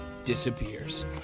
disappears